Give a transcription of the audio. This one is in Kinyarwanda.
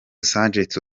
sergent